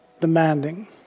demanding